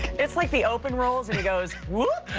it's like the open rolls and he goes, whoop!